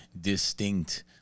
distinct